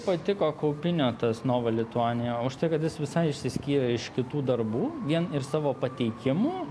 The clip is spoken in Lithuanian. patiko kaupinio tas nova lituanija už tai kad jis visai išsiskyrė iš kitų darbų vien ir savo pateikimu